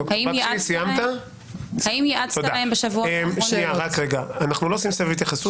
אנחנו לא עושים סבב התייחסות.